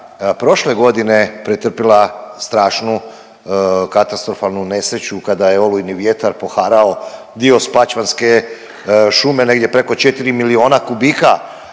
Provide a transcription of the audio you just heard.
prošle godine pretrpila strašnu katastrofalnu nesreću kada je olujni vjetar poharao dio spačvanske šume, negdje preko 4 milijuna kubika